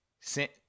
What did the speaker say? sent